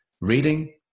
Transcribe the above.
reading